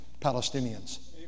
Palestinians